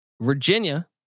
Virginia